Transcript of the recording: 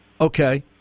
Okay